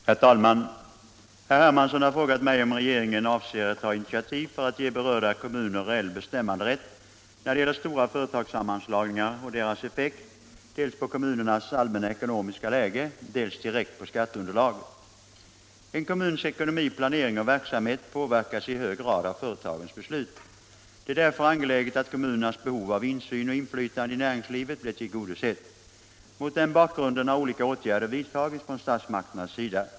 Herr talman! Herr Hermansson har frågat mig om regeringen avser att ta initiativ för att ge berörda kommuner reell bestämmanderätt när det gäller stora företagssammanslagningar och deras effekt dels på kommunernas allmänna ekonomiska läge, dels direkt på skatteunderlaget. En kommuns ekonomi, planering och verksamhet påverkas i hög grad av företagens beslut. Det är därför angeläget att kommunernas behov av insyn och inflytande i näringslivet blir tillgodosett. Mot den bakgrunden har olika åtgärder vidtagits från statsmakternas sida.